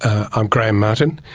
i'm graham martin,